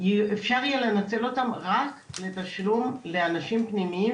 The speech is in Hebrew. אפשר יהיה לנצל אותם רק לתשלום לאנשים פנימיים